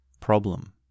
problem